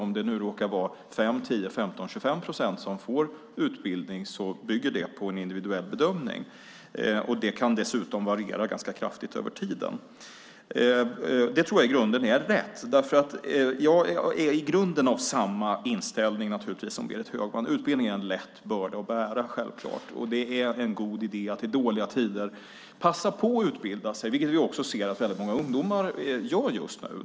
Om det nu råkar vara 5, 10, 15 eller 25 procent som får utbildning bygger på en individuell bedömning. Det kan dessutom variera ganska kraftigt över tiden. Det tror jag är rätt, därför att jag är i grunden av samma inställning som Berit Högman. Utbildning är en lätt börda att bära, och det är en god idé att i dåliga tider passa på att utbilda sig, vilket vi också ser att väldigt många ungdomar gör just nu.